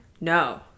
No